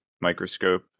microscope